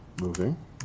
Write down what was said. moving